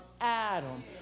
Adam